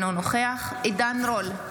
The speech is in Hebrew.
אינו נוכח עידן רול,